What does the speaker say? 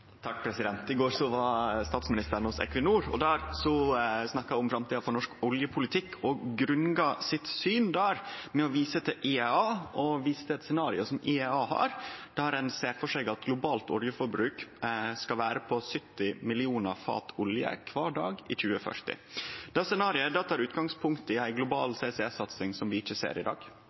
I går var statsministeren hos Equinor, og der snakka ho om framtida for norsk oljepolitikk, Ho grunngav sitt syn der ved å vise til IEA og viste eit scenario som IEA har, der ein ser for seg at det globale oljeforbruket skal vere på 70 millionar fat olje kvar dag i 2040. Det scenarioet tek utgangspunkt i ei global CCS-satsing som vi ikkje ser i dag.